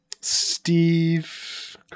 Steve